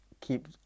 Keep